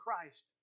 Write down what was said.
Christ